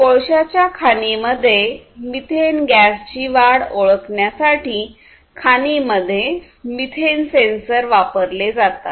कोळशाच्या खाणींमध्ये मिथेन गॅसची वाढ ओळखण्यासाठी खाणींमध्ये मिथेन सेन्सर वापरले जातात